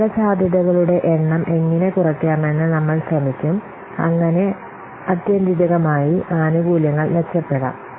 അപകടസാധ്യതകളുടെ എണ്ണം എങ്ങനെ കുറയ്ക്കാമെന്ന് നമ്മൾ ശ്രമിക്കും അങ്ങനെ ആത്യന്തികമായി ആനുകൂല്യങ്ങൾ മെച്ചപ്പെടാം